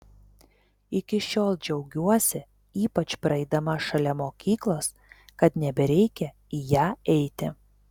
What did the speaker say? iki šiol džiaugiuosi ypač praeidama šalia mokyklos kad nebereikia į ją eiti